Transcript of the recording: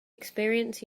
experience